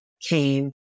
came